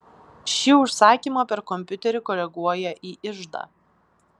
ši užsakymą per kompiuterį koreguoja į iždą